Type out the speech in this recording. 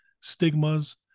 stigmas